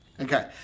Okay